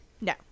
No